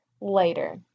later